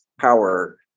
power